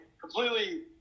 completely